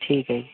ਠੀਕ ਹੈ ਜੀ